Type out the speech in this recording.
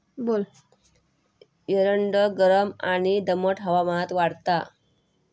एरंड गरम आणि दमट हवामानात वाढता